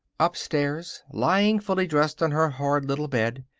upstairs, lying fully dressed on her hard little bed,